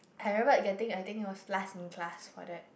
I remembered getting I think it was last in class for that